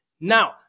Now